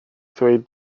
ddweud